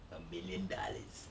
a million dollars